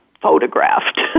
photographed